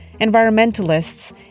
environmentalists